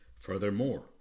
Furthermore